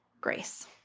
grace